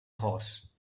horse